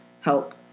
help